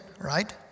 Right